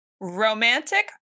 romantic